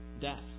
death